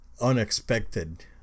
unexpected